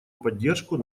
поддержку